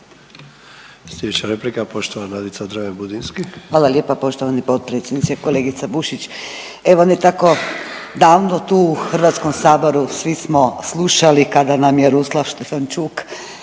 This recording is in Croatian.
svi smo slušali kada nam je Ruslan Štefančuk